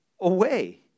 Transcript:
away